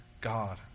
God